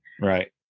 Right